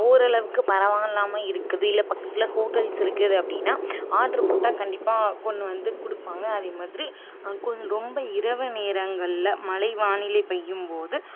ஓரளவுக்கு பரவாக இல்லாமல் இருக்குது இல்லை பக்கத்தில் ஹோட்டல்ஸ் இருக்குது அப்படின்னா ஆட்ரு போட்டால் கண்டிப்பாக கொண்டு வந்து கொடுப்பாங்க அதேமாதிரி அதுக்குன்னு ரொம்ப இரவு நேரங்களில் மழை வானிலை பெய்யும்போது